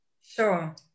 Sure